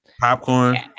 popcorn